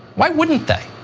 why wouldn't they?